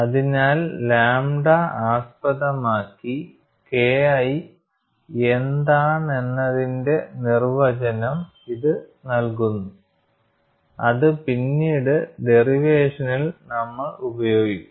അതിനാൽ ലാംഡ ആസ്പദമാക്കി KI എന്താണെന്നതിന്റെ നിർവചനം ഇത് നൽകുന്നു അത് പിന്നീട് ഡെറിവേഷനിൽ നമ്മൾ ഉപയോഗിക്കും